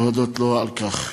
להודות לו על כך.